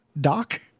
doc